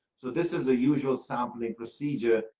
so this is a usual sampling procedure,